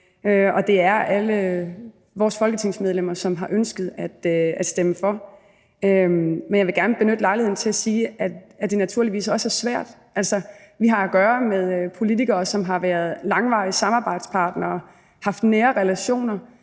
Og det er alle vores folketingsmedlemmer, som har ønsket at stemme for. Men jeg vil gerne benytte lejligheden til at sige, at det naturligvis også er svært. Altså, vi har at gøre med politikere, som har været langvarige samarbejdspartnere og haft nære relationer